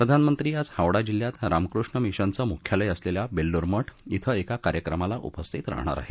प्रधानमंत्री आज हावडा जिल्ह्यात रामकृष्ण मिशनचं मुख्यालय असलेल्या बेलूर मठ क्षे एका कार्यक्रमाला उपस्थित राहणार आहेत